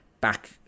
back